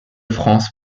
france